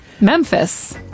Memphis